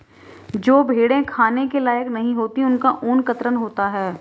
जो भेड़ें खाने के लायक नहीं होती उनका ऊन कतरन होता है